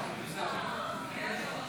248) (שלילת קצבאות שמשולמות לפעילי טרור מחוץ